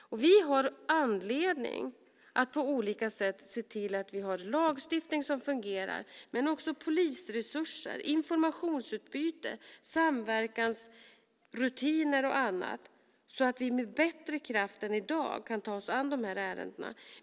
Vi har anledning att på olika sätt se till att vi har lagstiftning som fungerar men också polisresurser, informationsutbyte, samverkansrutiner och annat, så att vi med bättre kraft än i dag kan ta oss an de här ärendena.